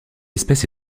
espèce